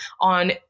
on